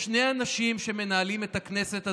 יש שני אנשים שמנהלים את הכנסת הזו,